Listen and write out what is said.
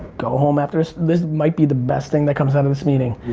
go home after. this might be the best thing that comes out of this meeting.